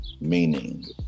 meaning